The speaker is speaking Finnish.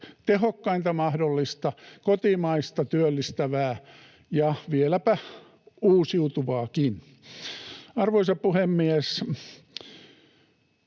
tehokkainta mahdollista, kotimaista, työllistävää ja vieläpä uusiutuvaakin. Arvoisa puhemies!